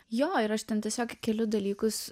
jo ir aš ten tiesiog keliu dalykus